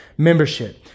membership